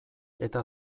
eta